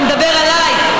אתה מדבר עליי?